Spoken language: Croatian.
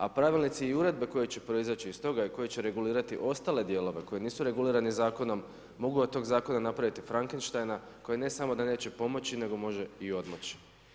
A pravilnici i uredbe koje će proizaći iz toga i koji će regulirati ostale dijelove koji nisu regulirani zakonom mogu od tog zakona napraviti Frankensteina koji ne samo da neće pomoći, nego može i odmoći.